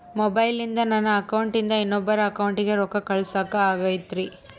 ಮೊಬೈಲಿಂದ ನನ್ನ ಅಕೌಂಟಿಂದ ಇನ್ನೊಬ್ಬರ ಅಕೌಂಟಿಗೆ ರೊಕ್ಕ ಕಳಸಾಕ ಆಗ್ತೈತ್ರಿ?